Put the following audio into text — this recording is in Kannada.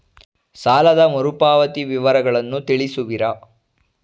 ಸಾಲದ ಮರುಪಾವತಿ ವಿವರಗಳನ್ನು ತಿಳಿಸುವಿರಾ?